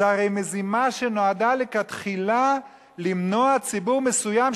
זו הרי מזימה שנועדה מלכתחילה למנוע מציבור מסוים,